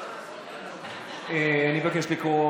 אני מבקש לקרוא